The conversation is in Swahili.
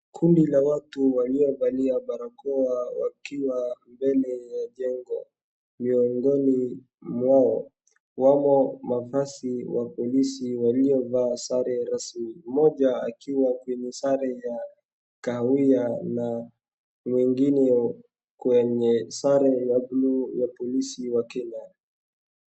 Kundi la watu walio valia barakoa wakiwa mbele ya jengo miongoni mwao wamo mavazi wa polisi waliovaa sare rasmi mmoja akiwa kwenye sare ya kahawia na mwingine kwenye sare ya blue ya polisi wa Kenya.